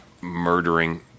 murdering